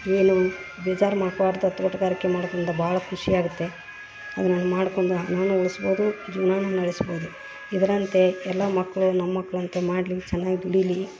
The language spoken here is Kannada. ಏನು ಬೇಜಾರು ತೋಡಗಾರಿಕೆ ಮಾಡೋದರಿಂದ ಭಾಳ್ ಖುಷಿ ಆಗುತ್ತೆ ಅದನ್ನ ಮಾಡ್ಕೊಂದ ಹಣಾನು ಉಳ್ಸ್ಬೋದು ಜೀವವಾನು ನಡೆಸ್ಬೋದು ಇದ್ದರಂತೆ ಎಲ್ಲ ಮಕ್ಕಳು ನಮ್ಮ ಮಕ್ಕಳಂತೂ ಮಾಡಲಿ ಚೆನ್ನಾಗಿ ದುಡಿಯಲಿ